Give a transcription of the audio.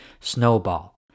snowball